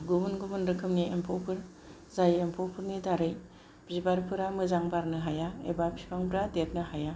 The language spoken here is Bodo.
गुबुन गुबुन रोखोमनि एम्फौफोर जाय एम्फौफोरनि दारै बिबारफोरा मोजां बारनो हाया एबा बिफांफोरा देरनो हाया